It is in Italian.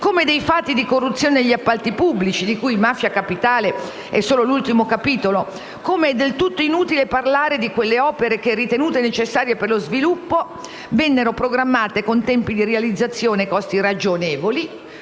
come i fatti di corruzione negli appalti pubblici, di cui Mafia Capitale è solo l'ultimo capitolo. È del tutto inutile parlare di quelle opere che, ritenute necessarie per lo sviluppo, vennero programmate con tempi di realizzazione e costi ragionevoli,